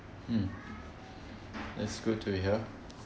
mm that's good to hear